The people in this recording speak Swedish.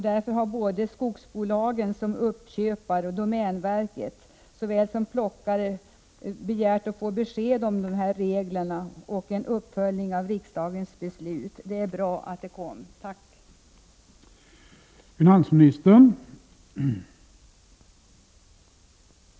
Därför har såväl uppköpare, skogsbolagen och domänverket, som plockare begärt att få besked om skattereglerna och en uppföljning av riksdagens beslut. Det är bra att det beskedet nu har kommit.